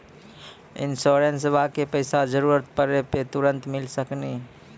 इंश्योरेंसबा के पैसा जरूरत पड़े पे तुरंत मिल सकनी?